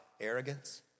arrogance